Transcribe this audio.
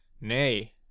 nay